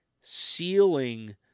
sealing